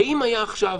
הרי אם היה עכשיו